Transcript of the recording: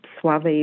Suave